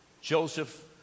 Joseph